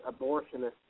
abortionist